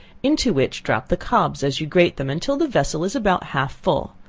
into which drop the cobs as you grate them until the vessel is about half full,